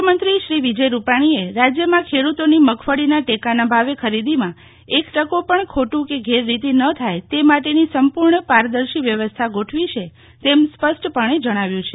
મુખ્યમંત્રી શ્રી વિજય રૂપાજીએ રાજ્યમાં ખેડૂતોની મગફળીના ટેકાના ભાવે ખરીદીમાં એક ટકો પણ ખોટું કે ગેરરીતિ ન થાય તે માટેની સંપૂર્ણ પારદર્શી વ્યવસ્થા ગોઠવી છે તેમ સ્પષ્ટપણે જણાવ્યું છે